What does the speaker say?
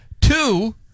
Two